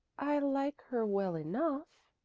i like her well enough,